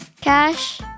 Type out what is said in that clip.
Cash